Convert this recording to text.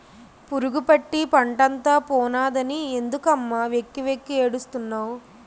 పురుగుపట్టి పంటంతా పోనాదని ఎందుకమ్మ వెక్కి వెక్కి ఏడుస్తున్నావ్